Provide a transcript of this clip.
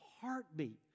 heartbeat